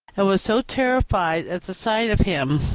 and was so terrified at the sight of him